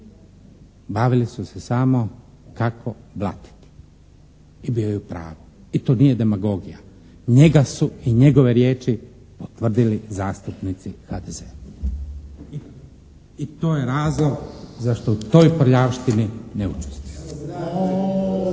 bavili su se samo kako blatiti. I bio je u pravu. I to nije demagogija. Njega su i njegove riječi potvrdili zastupnici HDZ-a i to je razlog zašto u toj prljavštini ne učestvujem.